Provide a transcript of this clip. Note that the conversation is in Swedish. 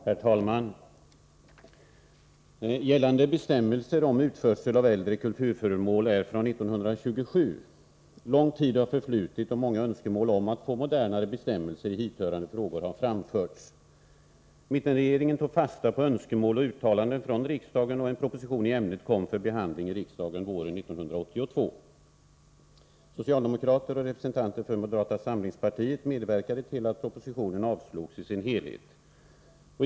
Herr talman! Gällande bestämmelser om utförsel av äldre kulturföremål är från 1927. Lång tid har förflutit, och många önskemål om att få modernare bestämmelser i hithörande frågor har framförts. Mittenregeringen tog fasta på önskemål och uttalanden från riksdagen, och en proposition i ämnet kom för behandling i riksdagen våren 1982. Socialdemokrater och representanter för moderata samlingspartiet medverkade till att propositionen i dess helhet avslogs.